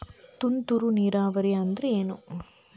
ತುಂತುರು ನೇರಾವರಿ ಅಂದ್ರ ಏನ್?